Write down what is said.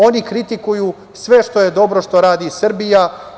Oni kritikuju sve što je dobro što radi Srbija.